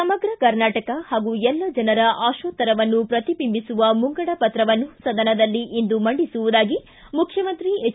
ಸಮಗ್ರ ಕರ್ನಾಟಕ ಹಾಗೂ ಎಲ್ಲ ಜನರ ಆಶೋತ್ತರವನ್ನು ಪ್ರತಿಬಿಂಬಿಸುವ ಮುಂಗಡ ಪತ್ರವನ್ನು ಸದನದಲ್ಲಿ ಇಂದು ಮಂಡಿಸುವುದಾಗಿ ಮುಖ್ಯಮಂತ್ರಿ ಎಚ್